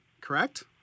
correct